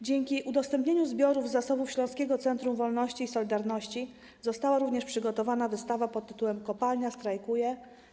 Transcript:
Dzięki udostępnieniu zbiorów z zasobów Śląskiego Centrum Wolności i Solidarności została również przygotowana wystawa pt. „Kopalnia strajkuje.